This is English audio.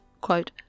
quote